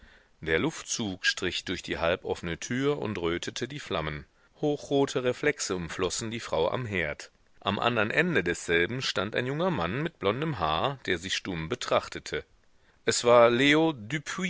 der luftzug strich durch die halboffene tür und rötete die flammen hochrote reflexe umflossen die frau am herd am andern ende desselben stand ein junger mann mit blondem haar der sie stumm betrachtete es war leo